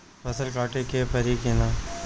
फसल काटे के परी कि न?